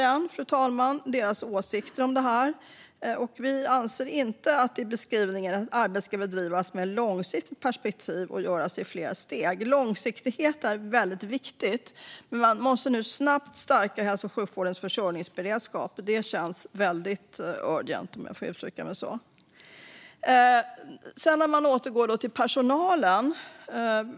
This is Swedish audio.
Vänsterpartiet delar MSB:s åsikt och anser inte att beskrivningen att arbetet ska bedrivas med ett långsiktigt perspektiv och göras i flera steg är tillräcklig. Långsiktighet är väldigt viktigt, men man måste nu snabbt stärka hälso och sjukvårdens försörjningsberedskap. Det känns väldigt urgent, om jag får uttrycka mig så. Låt mig sedan återgå till personalen.